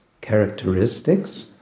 characteristics